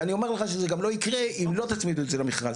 ואני אומר לך שזה לא יקרה אם לא תצמיד את זה למכרז,